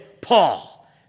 Paul